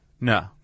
No